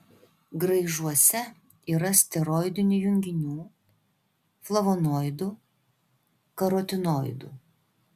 graižuose yra steroidinių junginių flavonoidų karotinoidų